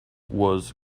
was